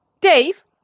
Dave